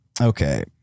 Okay